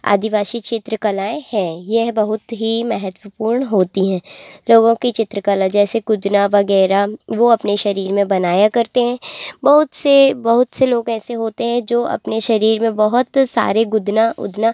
आदिवासी चित्र कलाएं हैं यह बहुत ही महत्वपूर्ण होती हैं लोगों की चित्रकला जैसे गुदना वगैरह वो अपने शरीर में बनाया करते हैं बहुत से बहुत से लोग ऐसे होते हैं जो अपने शरीर में बहुत सारे गुदना गुदना